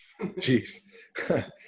Jeez